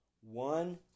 One